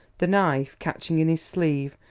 the knife, catching in his sleeve,